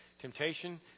temptation